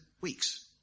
weeks